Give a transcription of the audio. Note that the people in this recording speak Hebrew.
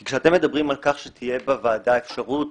כי כשאתם על כך שתהיה בוועדה אפשרות